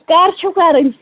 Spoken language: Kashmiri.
کَر چھِو کَرٕنۍ